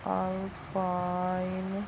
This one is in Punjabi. ਅਲਪਾਈਨ